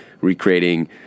recreating